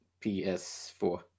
PS4